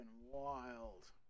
wild